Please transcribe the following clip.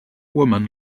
woman